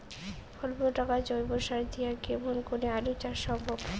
অল্প টাকার জৈব সার দিয়া কেমন করি আলু চাষ সম্ভব?